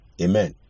Amen